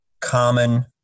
common